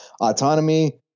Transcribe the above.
autonomy